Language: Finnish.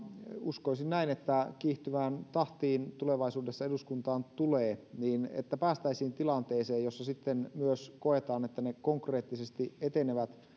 uskoisin näin kiihtyvään tahtiin tulevaisuudessa eduskuntaan tulee päästäisiin tilanteeseen jossa sitten myös koetaan että ne konkreettisesti etenevät